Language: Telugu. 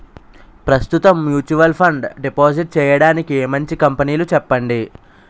ప్రస్తుతం మ్యూచువల్ ఫండ్ డిపాజిట్ చేయడానికి మంచి కంపెనీలు చెప్పండి